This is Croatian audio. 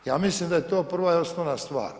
Ja mislim da je to prva i osnovna stvar.